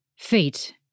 Fate